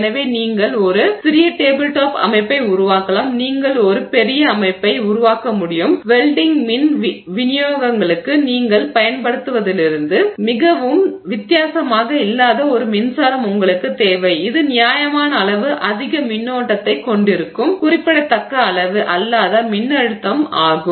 எனவே நீங்கள் ஒரு சிறிய டேபிள் டாப் அமைப்பை உருவாக்கலாம் நீங்கள் ஒரு பெரிய அமைப்பை உருவாக்க முடியும் வெல்டிங் மின் விநியோகங்களுக்கு நீங்கள் பயன்படுத்துவதிலிருந்து மிகவும் வித்தியாசமாக இல்லாத ஒரு மின்சாரம் உங்களுக்குத் தேவை இது நியாயமான அளவு அதிக மின்னோட்டத்தைக் கொண்டிருக்கும் குறிப்பிடத்தக்க அளவு அல்லாத மின்னழுத்தம் ஆகும்